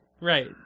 Right